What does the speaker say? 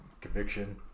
Conviction